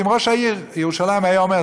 אם ראש עיריית ירושלים היה אומר,